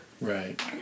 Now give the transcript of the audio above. Right